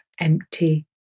empty